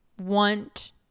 want